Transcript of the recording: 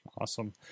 Awesome